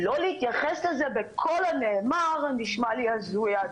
לא להתייחס לזה בכל הנאמר, נשמע לי הזוי.